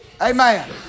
Amen